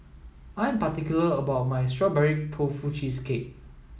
I am particular about my strawberry tofu cheesecake